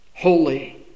Holy